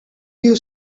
you